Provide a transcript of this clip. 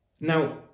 Now